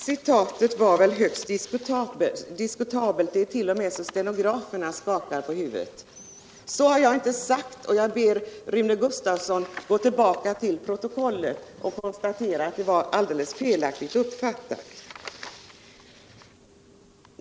Herr talman! Det citatet var högst diskutabelt. Det är t.o.m. så att stenograferna skakar på huvudet. Så har jag inte sagt, och jag ber Rune Gustavsson att gå ullbaka till protokollet och konstatera att det var alldeles felaktigt uppfattat.